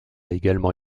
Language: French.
également